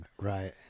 Right